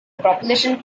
propulsion